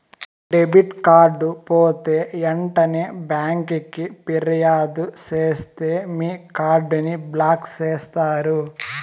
debit card పోతే ఎంటనే బ్యాంకికి ఫిర్యాదు సేస్తే మీ కార్డుని బ్లాక్ చేస్తారు